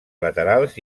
laterals